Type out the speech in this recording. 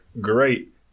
Great